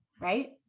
right